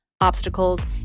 obstacles